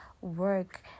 work